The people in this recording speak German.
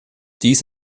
dies